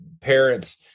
parents